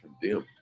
condemned